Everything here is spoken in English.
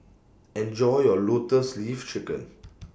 Enjoy your Lotus Leaf Chicken